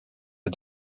est